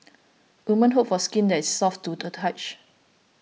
women hope for skin that is soft to the touch